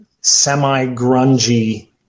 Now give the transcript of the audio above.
semi-grungy